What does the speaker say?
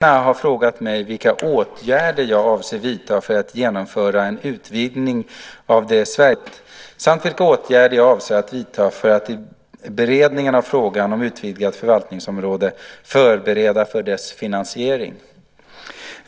Herr talman! Elina Linna har frågat mig vilka åtgärder jag avser att vidta för att genomföra en utvidgning av det sverigefinska förvaltningsområdet samt vilka åtgärder jag avser att vidta för att i beredningen av frågan om utvidgat förvaltningsområde förbereda för dess finansiering.